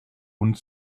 und